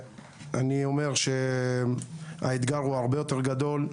אני אומר שהאתגר הוא הרבה יותר גדול.